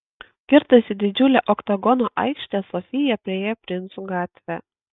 kirtusi didžiulę oktagono aikštę sofija priėjo princų gatvę